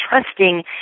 trusting